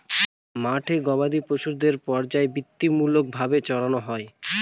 মাঠে গোবাদি পশুদের পর্যায়বৃত্তিমূলক ভাবে চড়ানো হয়